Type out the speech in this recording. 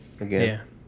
again